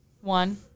one